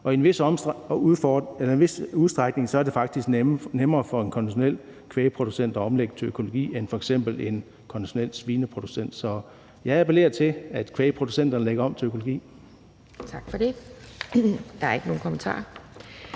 I en vis udstrækning er det faktisk nemmere for en konventionel kvægproducent at omlægge til økologi, end det f.eks. er for en konventionel svineproducent. Så jeg appellerer til, at kvægproducenterne lægger om til økologi. Kl. 11:20 Anden næstformand